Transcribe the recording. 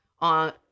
on